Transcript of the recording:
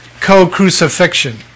co-crucifixion